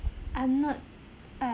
I'm not err